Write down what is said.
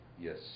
Yes